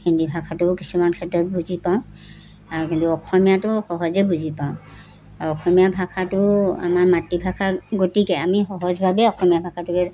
হিন্দী ভাষাটোও কিছুমান ক্ষেত্ৰত বুজি পাওঁ কিন্তু অসমীয়াটো সহজে বুজি পাওঁ আৰু অসমীয়া ভাষাটো আমাৰ মাতৃভাষা গতিকে আমি সহজভাৱেই অসমীয়া ভাষাটোকে